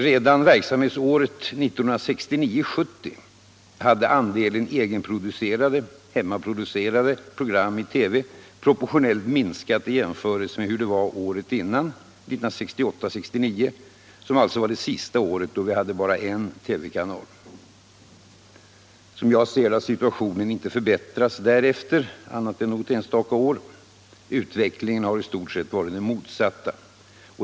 Redan verksamhetsåret 1969 69, sista året då vi hade bara en TV-kanal. Som jag ser det har situationen inte förbättrats därefter annat än något enstaka år. Utvecklingen har i stort sett varit den motsatta.